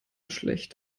schlecht